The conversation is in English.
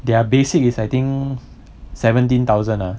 their basic is I think seventeen thousand ah